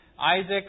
Isaac